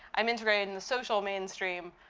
i'm integrated in the social mainstream,